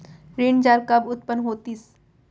ऋण जाल कब उत्पन्न होतिस?